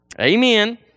Amen